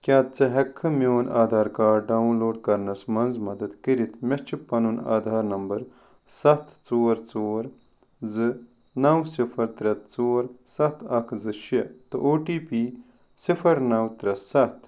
کیٛاہ ژٕ ہیٚکہِ کھا میٛون آدھار کارڈ ڈاون لوڈ کرنَس منٛز مدد کٔرتھ مےٚ چھُ پنُن آدھار نمبر ستھ ژور ژور زٕ نَو صفر ترٛےٚ ژور ستھ اکھ زٕ شےٚ تہٕ او ٹی پی صفر نَو ترٛےٚ ستھ